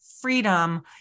freedom